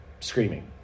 screaming